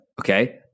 Okay